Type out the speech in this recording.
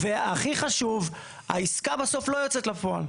והכי חשוב, העסקה בסוף לא יוצאת לפועל.